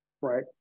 right